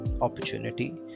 opportunity